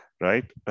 right